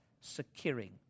securing